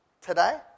today